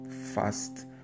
fast